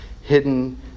hidden